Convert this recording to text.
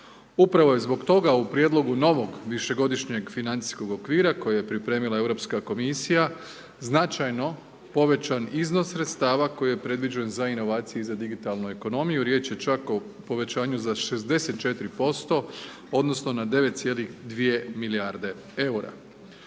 Upravo je zbog toga u prijedlogu novog, višegodišnjeg financijskog okvira, koje je pripremila Europska komisija, značajno povećan iznos sredstava, koji je predviđen za inovacije i za digitalnu ekonomiju, riječ je čak o povećanju za 64% odnosno, na 9,2 milijarde eura.